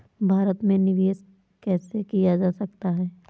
भारत में निवेश कैसे किया जा सकता है?